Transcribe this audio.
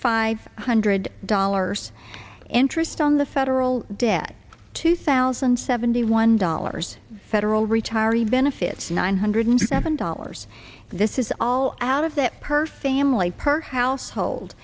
five hundred dollars interest on the federal debt two thousand seventy one dollars federal retiree benefits nine hundred dollars this is all out of that per family per household